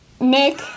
Nick